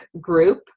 group